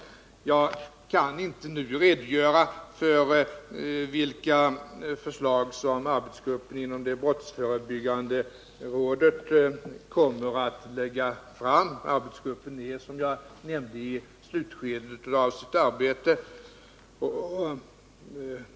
Jag kan inte nu redogöra för vilka förslag arbetsgruppen inom brottsförebyggande rådet kommer att lägga fram. Arbetsgruppen är, som jag nämnde, i slutskedet av sitt arbete.